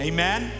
Amen